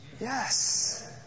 Yes